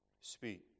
Speak